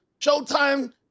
Showtime